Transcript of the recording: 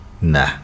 Nah